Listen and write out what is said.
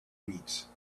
beats